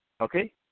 Okay